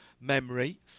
memory